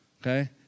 okay